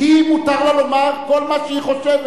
היא, מותר לה לומר כל מה שהיא חושבת,